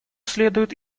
следует